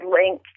link